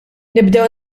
nibdew